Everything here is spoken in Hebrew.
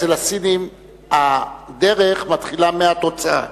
אצל הסינים הדרך מתחילה מהתוצאה.